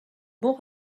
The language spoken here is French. bons